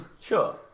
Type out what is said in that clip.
Sure